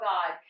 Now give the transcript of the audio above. God